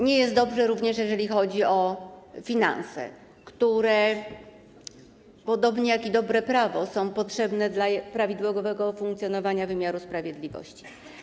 Nie jest dobrze, również jeżeli chodzi o finanse, które podobnie jak i dobre prawo są potrzebne dla prawidłowego funkcjonowania wymiaru sprawiedliwości.